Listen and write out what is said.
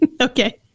Okay